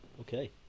okay